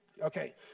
Okay